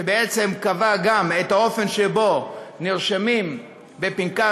שבעצם קבע גם את האופן שבו נרשמים בפנקס